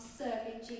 serving